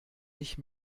dich